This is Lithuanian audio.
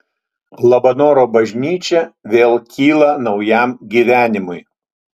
labanoro bažnyčia vėl kyla naujam gyvenimui